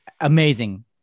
amazing